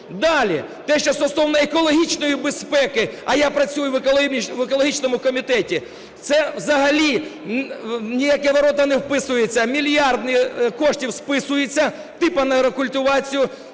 Далі. Те, що стосовно екологічної безпеки, а я працюю в екологічному комітеті, це взагалі ні в які ворота не вписується: мільярди коштів списується типу на рекультивацію.